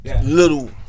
little